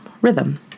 rhythm